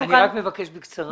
מבקש בקצרה.